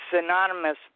synonymous